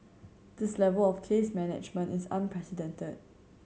this level of case management is unprecedented